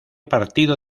partido